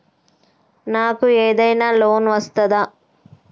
నాకు ఏదైనా లోన్ వస్తదా?